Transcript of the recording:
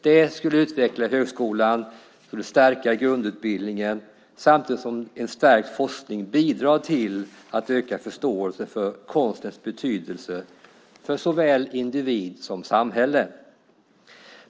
Det skulle utveckla högskolan och stärka grundutbildningen samtidigt som en stärkt forskning bidrar till att öka förståelsen för konstens betydelse för såväl individ som samhälle.